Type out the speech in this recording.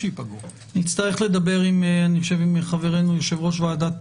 נצטרך לדבר עם חברנו יושב-ראש ועדת